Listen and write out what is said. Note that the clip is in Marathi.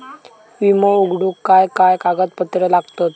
विमो उघडूक काय काय कागदपत्र लागतत?